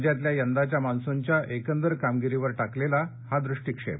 राज्यातल्या यंदाच्या मान्सूनच्या एकंदर कामगिरीवर टाकलेला हा दृष्टीक्षेप